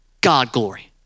God-glory